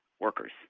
workers